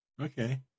Okay